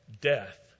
death